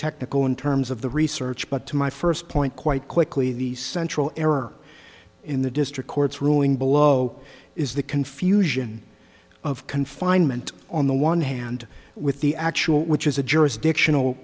technical in terms of the research but to my first point quite quickly the central error in the district court's ruling below is the confusion of confinement on the one hand with the actual which is a jurisdiction